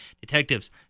detectives